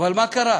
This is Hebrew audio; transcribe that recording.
אבל מה קרה?